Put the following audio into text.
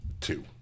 Two